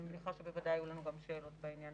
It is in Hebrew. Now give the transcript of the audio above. אני מניחה שבוודאי יהיו לנו גם שאלות בעניין.